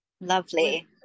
Lovely